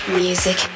music